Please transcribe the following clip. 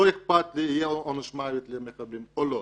לא אכפת לי אם יהיה עונש מוות למחבלים או לא.